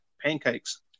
pancakes